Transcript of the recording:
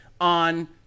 on